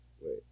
Wait